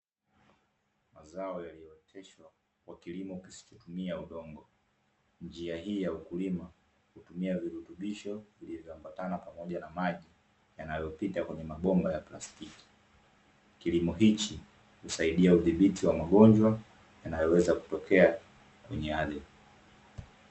Mazao yaliyooteshwa kwa kilimo kisichotumia udongo, njia hii ya ukulima hutumia virutubisho vilivyoambatana pamoja na maji yanayopita kwenye mabomba ya plastiki. Kilimo hichi husaidia udhibiti wa magonjwa yanayoweza kutokea kwenye ardhi.